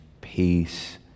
peace